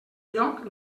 lloc